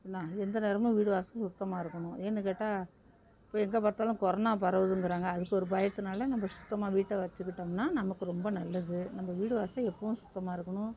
என்ன இது எந்த நேரமும் வீடு வாசல் சுத்தமாக இருக்கணும் ஏன்னு கேட்டால் இப்போ எங்கே பார்த்தாலும் கொரோனா பரவுதுங்கிறாங்க அதுக்கு ஒரு பயத்தினால நம்ம சுத்தமாக வீட்டை வச்சுக்கிட்டோம்னால் நமக்கு ரொம்ப நல்லது நம்ம வீடு வாசல் எப்போவும் சுத்தமாக இருக்கணும்